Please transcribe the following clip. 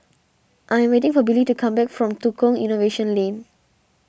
I'm waiting for Billy to come back from Tukang Innovation Lane